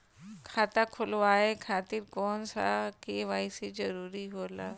खाता खोलवाये खातिर कौन सा के.वाइ.सी जरूरी होला?